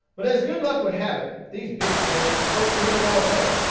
but as good luck would have it, these big candidates spoke nearly all day,